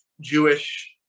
Jewish